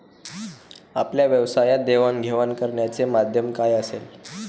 आपल्या व्यवसायात देवाणघेवाण करण्याचे माध्यम काय असेल?